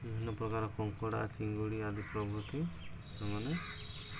ବିଭିନ୍ନ ପ୍ରକାର କଙ୍କଡ଼ା ଚିଙ୍ଗୁଡ଼ି ଆଦି ପ୍ରବୃତି ସେମାନେ